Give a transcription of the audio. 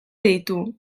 ditu